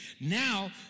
Now